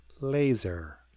laser